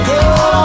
Girl